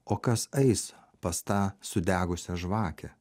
o kas eis pas tą sudegusią žvakę